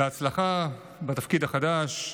בהצלחה בתפקיד החדש.